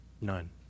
None